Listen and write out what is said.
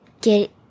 Get